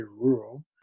rural